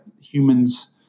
humans